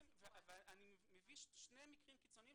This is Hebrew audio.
אני מביא שני מקרים קיצוניים,